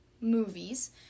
movies